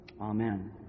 Amen